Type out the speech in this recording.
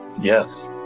Yes